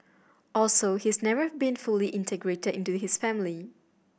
also he's never been fully integrated into his family